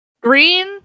green